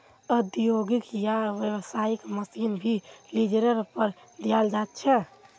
औद्योगिक या व्यावसायिक मशीन भी लीजेर पर दियाल जा छे